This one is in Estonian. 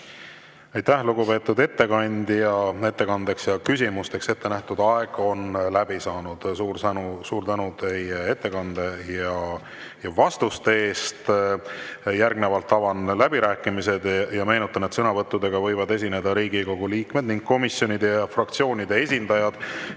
Aitäh, lugupeetud ettekandja! Ettekandeks ja küsimusteks ette nähtud aeg on läbi saanud. Suur tänu teie ettekande ja vastuste eest! Järgnevalt avan läbirääkimised. Meenutan, et sõnavõttudega võivad esineda Riigikogu liikmed ning komisjonide ja fraktsioonide esindajad.